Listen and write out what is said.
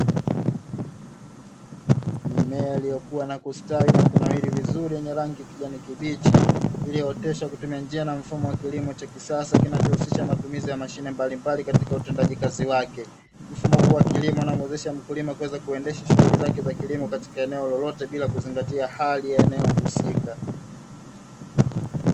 Mimea iliyokua na kustawi na kunawiri vizuri yenye rangi kijani kibichi, iliyooteshwa kutumia njia na mfumo wa kilimo cha kisasa kinachohusisha matumizi ya mashine mbalimbali katika utendaji kazi wake. Mfumo huu wa kilimo unamwezesha mkulima kuweza kuendesha shughuli zake za kilimo katika eneo lolote bila kuzingatia hali ya eneo husika.